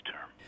term